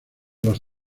los